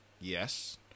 Yes